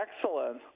Excellent